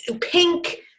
pink